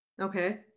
Okay